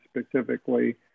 specifically